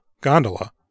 gondola